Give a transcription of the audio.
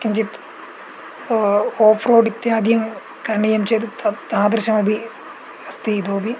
किञ्चित् off road इत्यादिकं करणीयं चेत् त तादृशमपि अस्ति इतोपि